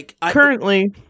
currently